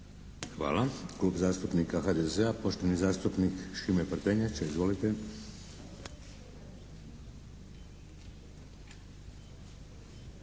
Hvala. Klub zastupnika HDZ-a, poštovani zastupnik Šime Prtenjača. Izvolite.